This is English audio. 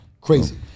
Crazy